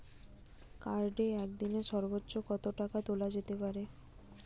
কার্ডে একদিনে সর্বোচ্চ কত টাকা তোলা যেতে পারে?